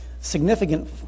significant